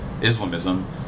Islamism